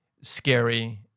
scary